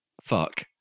fuck